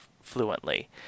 fluently